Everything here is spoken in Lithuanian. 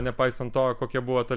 nepaisant to kokia buvo ta